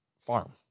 farm